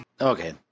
Okay